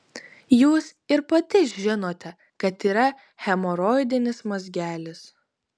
jūs ir pati žinote kad yra hemoroidinis mazgelis